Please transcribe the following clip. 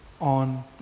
on